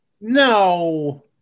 No